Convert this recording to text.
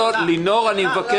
לא, לא, לינור, אני מבקש.